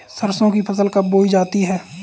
सरसों की फसल कब बोई जाती है?